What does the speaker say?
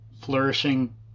flourishing